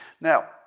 Now